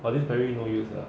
!wah! this barry no use ah